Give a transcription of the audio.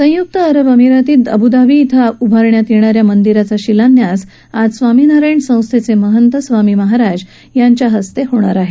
संयुक्त अरब अमिरातीत अबुधाबी इथं उभारण्यात येणाऱ्या मंदिराचा शिलान्यास आज स्वामीनारायण संस्थेचे महंत स्वामी महाराज यांच्या हस्ते होणार आहे